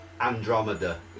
Andromeda